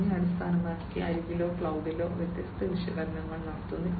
ഇതിനെ അടിസ്ഥാനമാക്കി അരികിലോ ക്ലൌഡിലോ വ്യത്യസ്ത വിശകലനങ്ങൾ നടത്തുന്നു